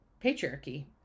patriarchy